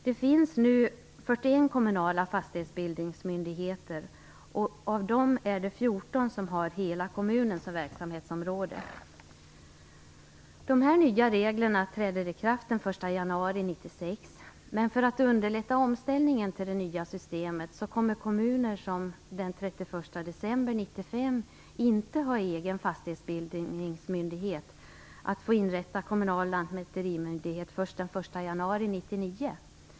Det finns nu 41 kommunala fastighetsbildningsmyndigheter. Av dem är det 14 som har hela kommunen som verksamhetsområde. De nya reglerna träder i kraft den 1 januari 1996. Men för att underlätta omställningen till det nya systemet kommer kommuner som den 31 december 1995 inte har egen fastighetsbildningsmyndighet att få inrätta kommunal lantmäterimyndighet först den 1 januari 1999.